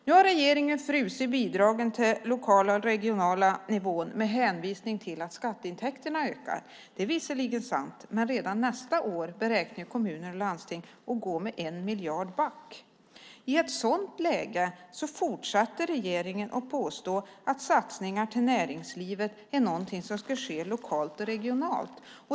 Nu har regeringen fryst bidragen till den lokala och regionala nivån med hänvisning till att skatteintäkterna ökar. Det är visserligen sant. Men redan nästa år beräknar kommuner och landsting att gå back med 1 miljard. I ett sådant läge fortsätter regeringen att påstå att satsningar på näringslivet är någonting som ska ske lokalt och regionalt.